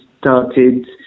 started